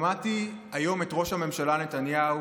שמעתי היום את ראש הממשלה נתניהו